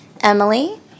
Emily